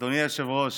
אדוני היושב-ראש,